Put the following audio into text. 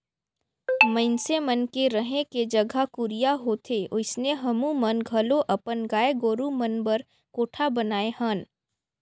मइनसे मन के रहें के जघा कुरिया होथे ओइसने हमुमन घलो अपन गाय गोरु मन बर कोठा बनाये हन